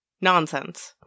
nonsense